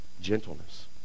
gentleness